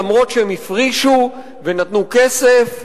אף שהם הפרישו ונתנו כסף,